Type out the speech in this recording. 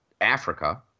Africa